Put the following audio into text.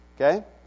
Okay